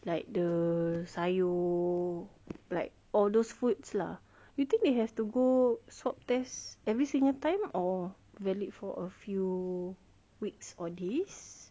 like the sayur like all those foods lah you think they have to go swab test every single time or valid for a few weeks or days